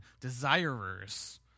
desirers